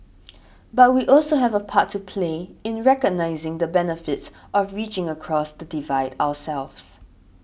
but we also have a part to play in recognising the benefits of reaching across the divide ourselves